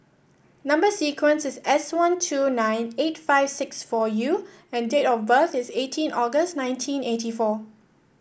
number sequence is S one two nine eight five six four U and date of birth is eighteen August nineteen eighty four